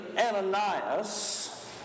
Ananias